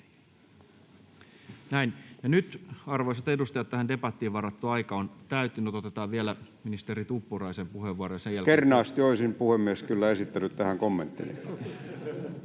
Näin. — Ja nyt, arvoisat edustajat, tähän debattiin varattu aika on täyttynyt. Otetaan vielä ministeri Tuppuraisen puheenvuoro, ja sen jälkeen... [Ilkka Kanerva: Kernaasti olisin, puhemies, kyllä esittänyt tähän kommentteja,